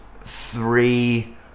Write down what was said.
three